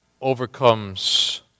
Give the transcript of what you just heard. overcomes